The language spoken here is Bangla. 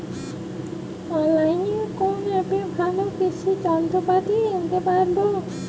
অনলাইনের কোন অ্যাপে ভালো কৃষির যন্ত্রপাতি কিনতে পারবো?